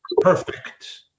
perfect